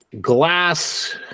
glass